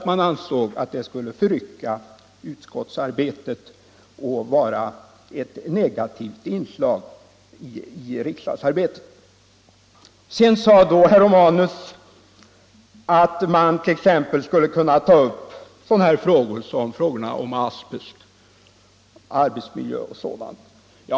Man ansåg att det skulle förrycka utskottsarbetet och vara ett negativt inslag i riksdagsarbetet. Herr Romanus sade att man skulle kunna ta upp sådana frågor som asbest och arbetsmiljön.